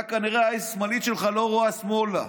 כנראה העין השמאלית שלך לא רואה שמאלה.